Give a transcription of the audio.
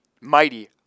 Mighty